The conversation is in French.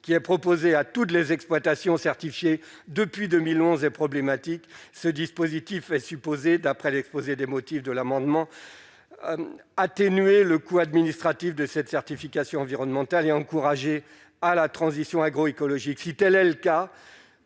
qui a proposé à toutes les exploitations certifiées depuis 2011 et problématique, ce dispositif est supposé d'après l'exposé des motifs de l'amendement atténuer le coût administratif de cette certification environnementale et encouragé à la transition agroécologique quittait le cas